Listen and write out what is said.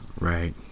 Right